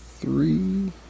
three